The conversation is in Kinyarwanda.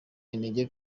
intege